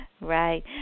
Right